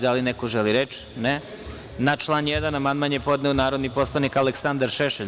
Da li neko želi reč? (Ne.) Na član 1. amandman je podneo narodni poslanik Aleksandar Šešelj.